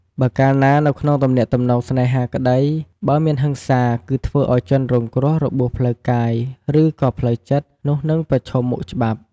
បើកាលណានៅក្នុងទំនាក់ទំនងស្នេហាក្តីបើមានហិង្សាគឺធ្វើឱ្យជនរងគ្រោះរបួសផ្លូវកាយឬក៏ផ្លូវចិត្តនោះនិងប្រឈមមុខច្បាប់។